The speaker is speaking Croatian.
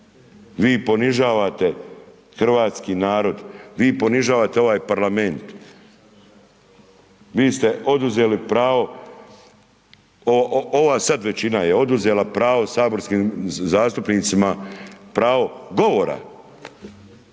Vi ponižavate hrvatski narod, vi ponižavate ovaj parlament. Vi ste oduzeli pravo, ova sad većina je oduzela pravo saborskim zastupnicima pravo govora.